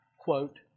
quote